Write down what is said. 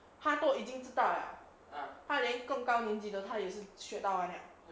他都已经知道了他连更高年级的他也是学到完了